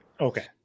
Okay